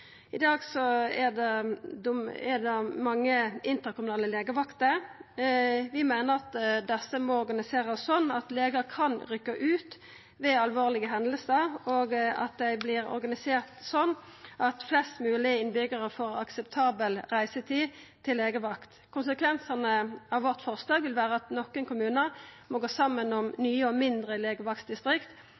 I dag er det mange interkommunale legevakter. Vi meiner at desse må organiserast slik at legar kan rykkja ut ved alvorlege hendingar, og at dei vert organiserte slik at flest mogleg innbyggjarar får ei akseptabel reisetid til legevakta. Konsekvensane av forslaget vårt vil vera at nokre kommunar må gå saman om nye og mindre